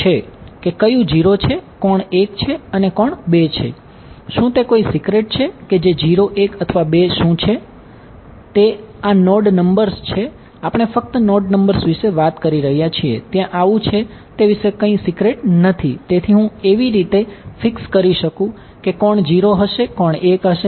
આ ત્રિકોણ નથી તેથી હું કેવી રીતે ફિક્સ કરી શકું કે કોણ 0 હશે કોણ 1 હશે અને કોણ 2 હશે